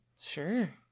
Sure